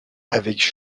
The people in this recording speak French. avec